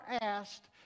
asked